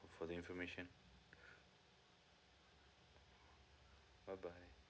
for the information bye bye